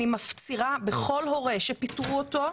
אני מפצירה בכל הורה שפיטרו אותו,